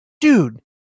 Dude